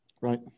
Right